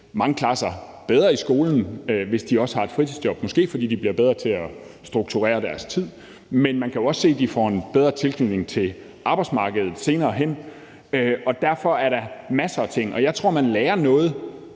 mange klarer sig bedre i skolen, hvis de også har et fritidsjob – måske fordi de bliver bedre til at strukturere deres tid – men man kan også se, at de får en bedre tilknytning til arbejdsmarkedet senere hen, og derfor er det godt for mange ting. Jeg tror, man lærer noget